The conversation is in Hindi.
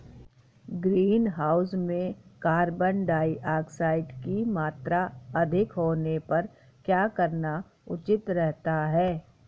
ग्रीनहाउस में कार्बन डाईऑक्साइड की मात्रा अधिक होने पर क्या करना उचित रहता है?